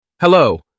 Hello